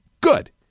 Good